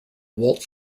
walt